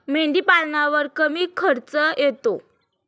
मेंढीपालनावर कमी खर्च येतो